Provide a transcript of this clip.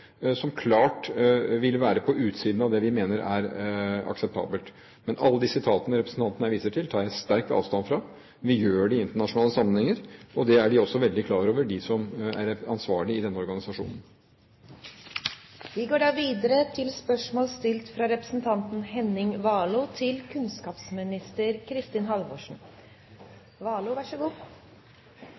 som klart ville være på utsiden av det vi mener er akseptabelt. Alt det representanten her viser til, tar jeg sterkt avstand fra. Vi gjør det i internasjonale sammenhenger, og det er de som er ansvarlige i denne organisasjonen, også veldig klar over. Vi går da til spørsmål 1. Det er